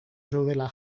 zeudela